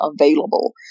available